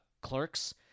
Clerks